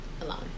alone